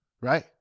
Right